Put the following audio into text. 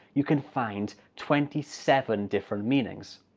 you can find twenty seven different meanings!